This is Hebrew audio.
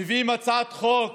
מביאים הצעת חוק